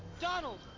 Donald